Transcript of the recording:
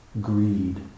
greed